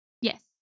Yes